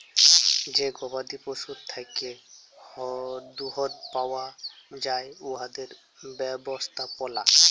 যে গবাদি পশুর থ্যাকে দুহুদ পাউয়া যায় উয়াদের ব্যবস্থাপলা